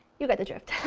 you get the drift.